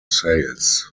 sales